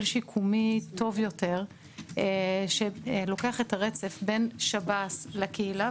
שיקומי טוב יותר שלוקח את הרצף בין שב"ס לקהילה.